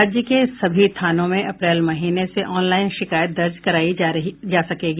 राज्य के सभी थानों में अप्रैल महीने से ऑनलाईन शिकायत दर्ज करायी जा सकेगी